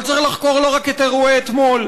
אבל צריך לחקור לא רק את אירועי אתמול,